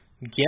get